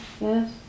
Yes